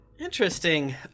Interesting